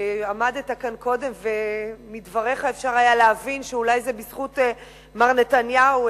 עמדת כאן קודם ומדבריך אפשר היה להבין שאולי זה בזכות מר נתניהו,